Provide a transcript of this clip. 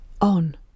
on